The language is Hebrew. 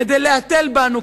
כדי להתל בנו.